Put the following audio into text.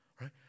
right